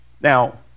Now